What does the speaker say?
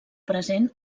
present